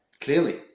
clearly